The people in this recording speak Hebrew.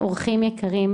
אורחים יקרים,